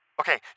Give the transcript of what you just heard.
Okay